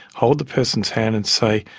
hold the person's hand and say,